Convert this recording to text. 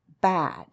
bad